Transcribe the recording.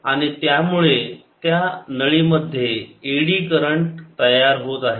आणि त्यामुळे त्या नळीमध्ये एडी करंट तयार होत आहेत